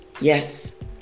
Yes